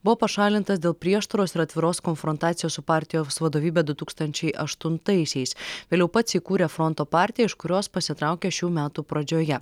buvo pašalintas dėl prieštaros ir atviros konfrontacijos su partijos vadovybe du tūkstančiai aštuntaisiais vėliau pats įkūrė fronto partiją iš kurios pasitraukė šių metų pradžioje